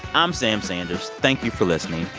i'm sam sanders. thank you for listening.